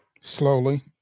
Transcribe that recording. Slowly